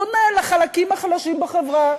פונה לחלקים החלשים בחברה,